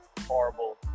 horrible